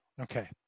Okay